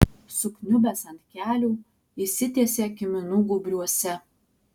sukniubęs ant kelių išsitiesė kiminų gūbriuose